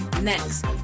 next